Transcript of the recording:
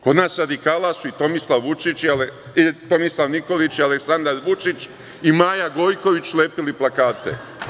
Kod nas radikala su i Tomislav Nikolić i Aleksandar Vučić i Maja Gojković lepili plakate.